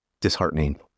disheartening